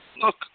Look